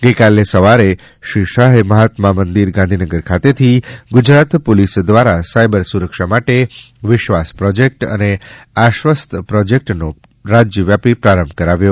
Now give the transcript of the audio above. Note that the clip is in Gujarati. ગઇકાલે સવારે શ્રી શાહે મહાત્મા મંદિર ગાંધીનગર ખાતેથી ગુજરાત પોલીસ દ્વારા સાયબર સુરક્ષા માટે વિશ્વાસ પ્રોજેક્ટ અને આશ્વસ્ત પ્રોજેક્ટનો રાજ્યવ્યાપી પ્રારંભ કરાવ્યો